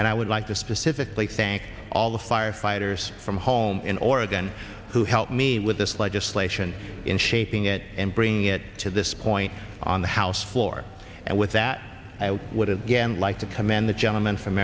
and i would like to specifically thank all the firefighters from home in oregon who helped me with this legislation in shaping it and bringing it to this point on the house floor and with that i would have again like to commend the gentleman from